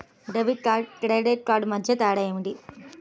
Debit కార్డుకు credit కార్డుకు మధ్య తేడా ఏమిటీ?